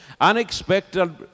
unexpected